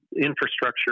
infrastructure